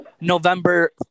November